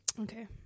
Okay